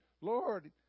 lord